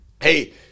hey